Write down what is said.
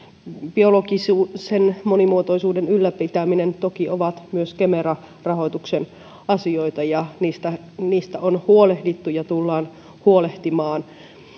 biologisen monimuotoisuuden ylläpitäminen toki ovat myös kemera rahoituksen asioita ja niistä niistä on huolehdittu ja tullaan huolehtimaan